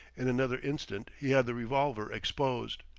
in another instant he had the revolver exposed.